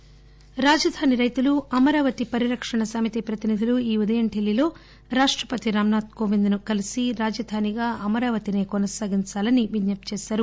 అమరావతిః రాజధాని రైతులు అమరావతి పరిరక్షణ సమితిప్రతినిధులు ఈ ఉదయం డిల్లీ లో రాష్టపతి రామ్నాథ్ కోవింద్ ని కలిసి రాజధానిగా అమరావతి సే కొనసాగించాలని విజ్ఱప్తి చేశారు